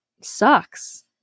sucks